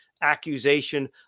accusation